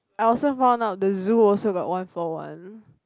I also found out the zoo also got one for one